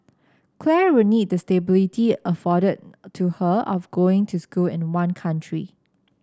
Claire will need the stability afforded to her of going to school in one country